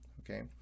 Okay